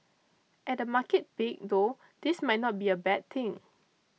at a market peak though this might not be a bad thing